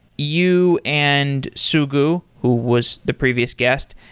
you and sugu, who was the previous guest,